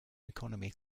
economy